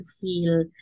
feel